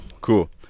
cool